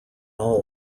all